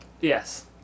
yes